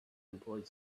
employed